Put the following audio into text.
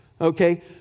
Okay